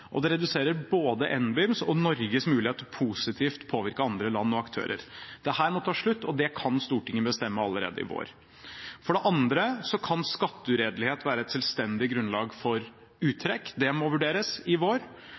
og det reduserer både NBIMs og Norges mulighet til positivt å påvirke andre land og aktører. Dette må ta slutt, og det kan Stortinget bestemme allerede i vår. For det andre kan skatteuredelighet være et selvstendig grunnlag for uttrekk – det må vurderes i vår